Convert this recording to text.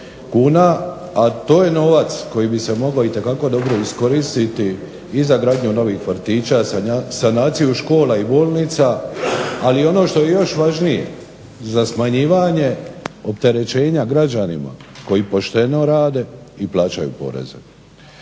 kuna, a to je novac koji bi se mogao itekako dobro iskoristiti i za gradnju novih vrtića, sanaciju škola i bolnica, ali ono što je još važnije, za smanjivanje opterećenja građanima koji pošteno rade i plaćaju poreze.